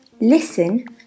Listen